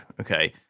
Okay